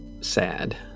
sad